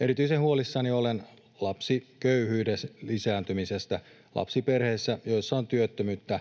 Erityisen huolissani olen lapsiköyhyyden lisääntymisestä. Lapsiperheet, joissa on työttömyyttä,